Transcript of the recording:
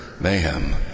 mayhem